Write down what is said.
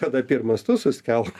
kada pirmas tu suskelk